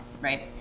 right